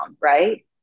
right